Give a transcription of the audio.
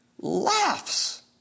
laughs